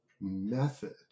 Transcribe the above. method